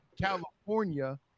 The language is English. California